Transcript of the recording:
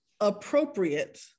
appropriate